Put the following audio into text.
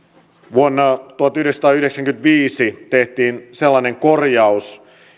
vuonna tuhatyhdeksänsataayhdeksänkymmentäviisi tehtiin sellainen korjaus